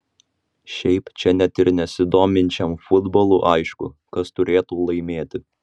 šiaip čia net ir nesidominčiam futbolu aišku kas turėtų laimėti